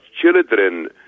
children